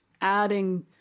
adding